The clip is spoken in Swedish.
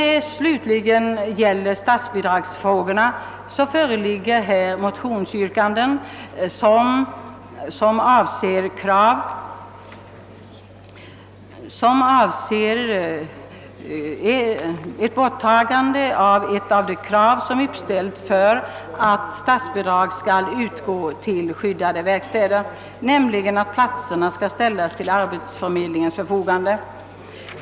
Vad sedan gäller statsbidragsfrågorna har det yrkats i motionerna att man borde ta bort ett av de krav som uppställts för att statsbidrag skall utgå till skyddade verkstäder, nämligen det att platserna skall ställas till arbetsförmedlingens förfogande.